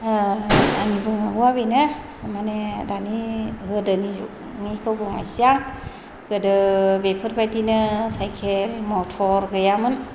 आंनि बुंनांगौआ बेनो माने दानि गोदोनि जुगनिखौ बुंनोसै आं गोदो बेफोरबायदिनो साइकेल मटर गैयामोन